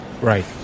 Right